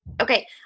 Okay